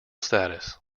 status